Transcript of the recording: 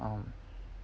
um